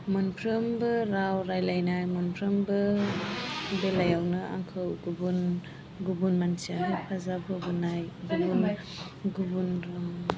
मोनफ्रोमबो राव रायलायनाय मोनफ्रोमबो बेलायावनो आंखौ गुबुन गुबुन मानसिया हेफाजाब होबोनाय बिदिनो गुबुन